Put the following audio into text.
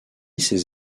ces